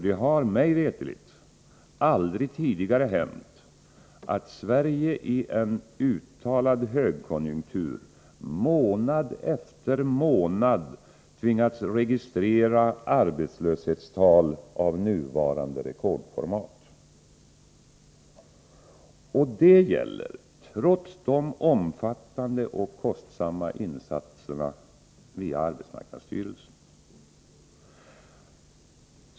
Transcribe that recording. Det har mig veterligt aldrig tidigare hänt, att Sverige mitt i en utpräglad högkonjunktur månad efter månad tvingats registrera arbetslöshetstal av nuvarande rekordformat. Det gäller trots de omfattande och kostsamma insatserna via arbetsmarknadsstyrelsen.